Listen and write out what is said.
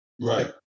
Right